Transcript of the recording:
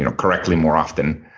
you know correctly more often.